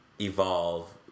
Evolve